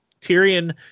Tyrion